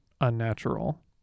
unnatural